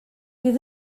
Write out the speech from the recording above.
fydd